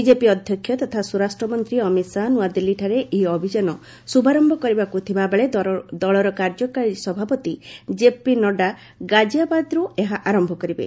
BJP ଅଧ୍ୟକ୍ଷ ତଥା ସ୍ୱରାଷ୍ଟ୍ରମନ୍ତ୍ରୀ ଅମିତ ଶାହା ନୁଆଦିଲ୍ଲୀଠାରେ ଏହି ଅଭିଯାନ ଶୁଭାରମ୍ଭ କରିବାକୁ ଥିବାବେଳେ ଦଳର କାର୍ଯ୍ୟକାରୀ ସଭାପତି ଜେପି ନଡ୍ଥା ଗାଜିଆବାଦରୁ ଏହା ଆରମ୍ଭ କରିବେ